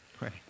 Right